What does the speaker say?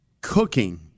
cooking